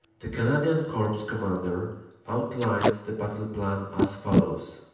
the canadian corps commander outlines the battle plan as follows